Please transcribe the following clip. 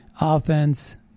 offense